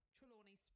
Trelawney